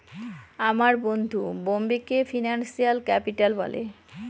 আমার বন্ধু বোম্বেকে ফিনান্সিয়াল ক্যাপিটাল বলে